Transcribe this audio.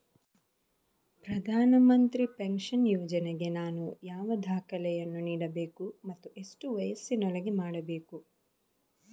ಪ್ರಧಾನ ಮಂತ್ರಿ ಪೆನ್ಷನ್ ಯೋಜನೆಗೆ ನಾನು ಯಾವ ದಾಖಲೆಯನ್ನು ನೀಡಬೇಕು ಮತ್ತು ಎಷ್ಟು ವಯಸ್ಸಿನೊಳಗೆ ಮಾಡಬೇಕು?